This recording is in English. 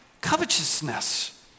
covetousness